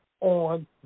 on